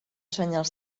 senyals